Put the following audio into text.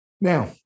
now